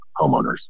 homeowners